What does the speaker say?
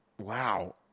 wow